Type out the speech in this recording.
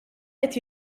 qed